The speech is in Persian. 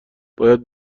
باید